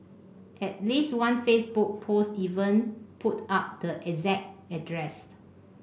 at least one Facebook post even put up the exact address